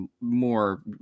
more